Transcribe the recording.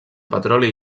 petroli